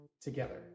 together